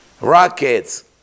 rockets